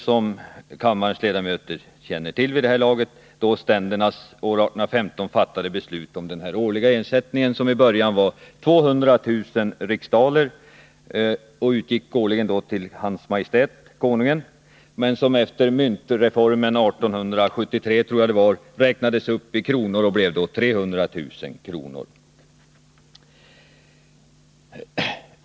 Som kammarens ledamöter väl känner till vid det här laget åsyftas ständernas år 1815 fattade beslut om den årliga ersättningen, som i början var 200 000 riksdaler och som utgick till Hans Maj:t Konungen men som efter myntreformens genomförande — år 1873, tror jag det var — räknades om i kronor och då blev 300 000 kr.